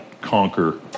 conquer